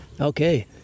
Okay